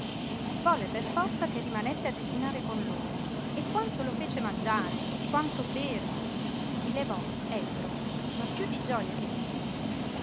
volle per forza che rimanesse a desinare con loro e quanto lo fece mangiare e quanto bere si levò ebbro ma piú di gioja che